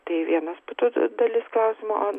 tai vienas būtų dalis klausimo